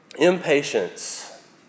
impatience